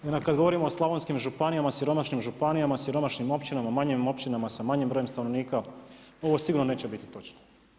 I onda kad govorimo o slavonskim županijama, siromašnim županijama, siromašnim općinama, manjim općinama sa manjim brojem stanovnika ovo sigurno neće biti točno.